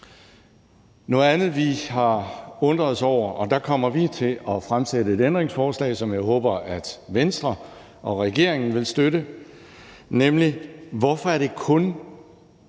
Noget andet, vi har undret os over – og der kommer vi til at stille et ændringsforslag, som jeg håber at Venstre og regeringen vil støtte – er, hvorfor det kun